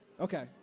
Okay